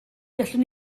gallwn